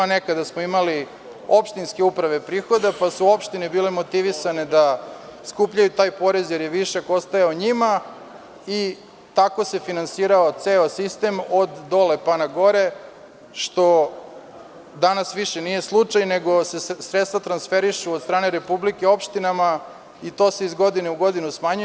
Nekada smo imali opštinske uprave prihoda pa su opštine bile motivisane da skupljaju taj porez, jer je višak ostajao njima, i tako se finansirao ceo sistem od dole pa na gore, što danas više nije slučaj, nego se sredstva transferišu od strane republike opštinama, i to se iz godine u godinu smanjuje.